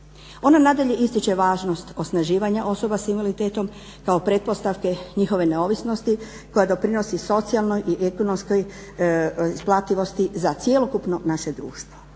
Ono nadalje ističe važnost osnaživanja osoba s invaliditetom kao pretpostavke njihove neovisnosti koja doprinosi socijalnoj i ekonomskoj isplativosti za cjelokupno naše društvo.